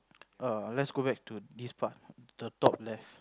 err let's go back to this part the top left